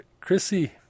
Chrissy